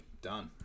Done